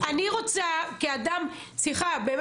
נשים ותינוקות באים לשם בעגלותיהם,